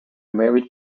married